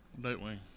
Nightwing